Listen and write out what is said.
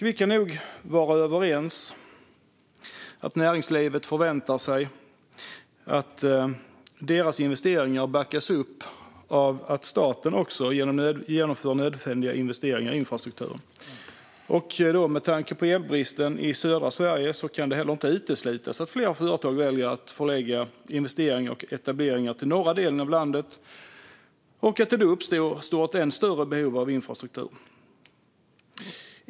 Vi kan nog vara överens om att näringslivet förväntar sig att dess investeringar backas upp av att också staten genomför nödvändiga investeringar i infrastrukturen. Med tanke på elbristen i södra Sverige kan det heller inte uteslutas att fler företag väljer att förlägga investeringar och etableringar i norra delen av landet. Då uppstår ett ännu större behov av infrastruktur.